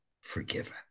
forgiven